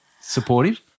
supportive